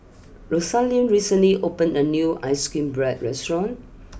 Rosaline recently opened a new Ice cream Bread restaurant